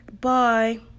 Bye